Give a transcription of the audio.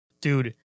dude